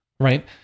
Right